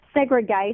segregation